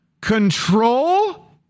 Control